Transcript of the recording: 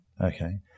Okay